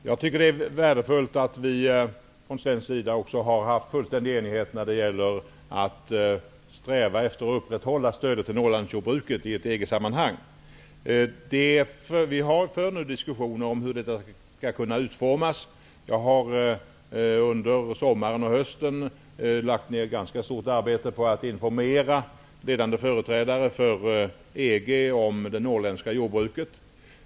Herr talman! Jag tycker att det är värdefullt att vi från svensk sida har haft fullständig enighet i strävan att upprätthålla stödet till Norrlandsjordbruket i ett EG-sammanhang. Vi för nu diskussioner om hur detta skall kunna utformas. Jag har under sommaren och hösten lagt ner ganska stort arbete på att informera ledande företrädare för EG om det norrländska jordbruket.